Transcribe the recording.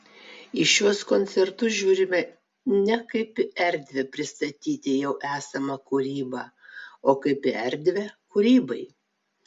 į šiuos koncertus žiūrime ne kaip į erdvę pristatyti jau esamą kūrybą o kaip į erdvę kūrybai